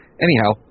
anyhow